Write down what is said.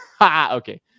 Okay